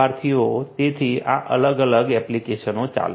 તેથી આ અલગ અલગ એપ્લિકેશનો ચાલશે